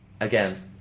again